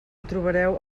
trobareu